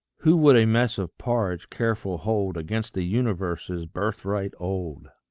who would a mess of porridge careful hold against the universe's birthright old?